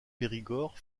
périgord